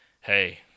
Hey